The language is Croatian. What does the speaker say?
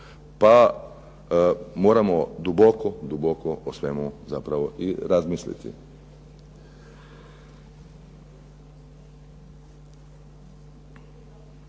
Pa moramo duboko, duboko o svemu zapravo razmisliti.